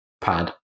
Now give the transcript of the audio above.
pad